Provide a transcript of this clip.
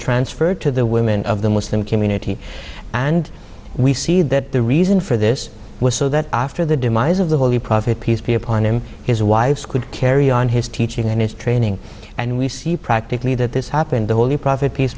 transferred to the women of the muslim community and we see that the reason for this was so that after the demise of the holy prophet peace be upon him his wives could carry on his teaching and his training and we see practically that this happened the holy prophet peace